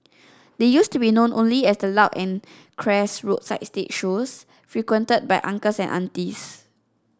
they used to be known only as the loud and crass roadside stage shows frequented by uncles and aunties